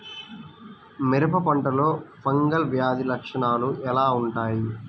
మిరప పంటలో ఫంగల్ వ్యాధి లక్షణాలు ఎలా వుంటాయి?